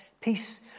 Peace